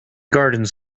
gardens